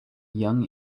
young